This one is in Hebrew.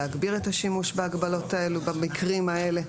להגביר את השימוש בהגבלות האלו במקרים האלה?